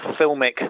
filmic